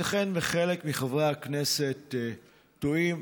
ייתכן שחלק מחברי הכנסת טועים,